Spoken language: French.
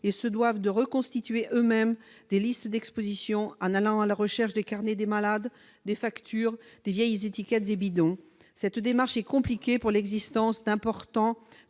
se doivent de reconstituer eux-mêmes des listes d'exposition, en allant à la recherche des carnets de commandes, des factures, des vieilles étiquettes ou des bidons. Cette démarche est compliquée par l'existence d'un important